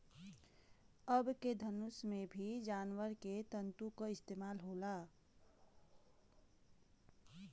अबके समय के धनुष में भी जानवर के तंतु क इस्तेमाल होला